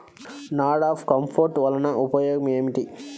NADEP compost వలన ఉపయోగం ఏమిటి?